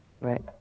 Right